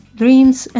dreams